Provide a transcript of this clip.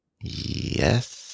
Yes